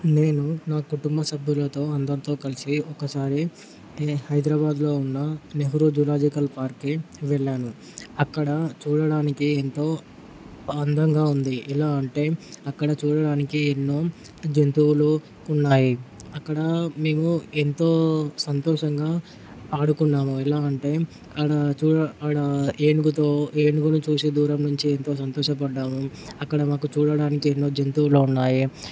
నేను నా కుటుంబ సభ్యులతో అందరితో కలిసి ఒక్కసారి హైదరాబాద్లో ఉన్న నెహ్రూ జూలాజికల్ పార్క్కి వెళ్ళాను అక్కడ చూడడానికి ఎంతో అందంగా ఉంది ఎలా అంటే అక్కడ చూడడానికి ఎన్నో జంతువులు ఉన్నాయి అక్కడ మేము ఎంతో సంతోషంగా ఆడుకున్నాము ఎలా అంటే ఆడ చూ ఆడ ఏనుగుతో ఏనుగును చూసి దూరం నుంచి ఎంతో సంతోషపడ్డాము అక్కడ మాకు చూడటానికి ఎన్నో జంతువులు ఉన్నాయి